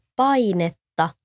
painetta